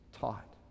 taught